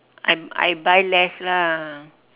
I I buy less lah